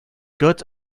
good